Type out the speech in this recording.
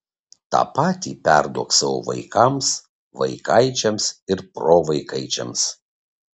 tą patį perduok savo vaikams vaikaičiams ir provaikaičiams